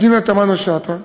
פנינה תמנו-שטה,